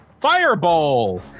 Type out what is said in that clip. Fireball